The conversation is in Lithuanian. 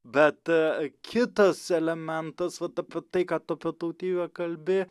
bet kitas elementas vat apie tai ką tu apie tautybę kalbi